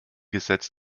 gesetz